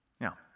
Now